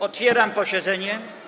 Otwieram posiedzenie.